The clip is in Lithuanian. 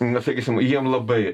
na sakysim jiem labai